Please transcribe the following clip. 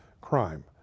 crime